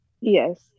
Yes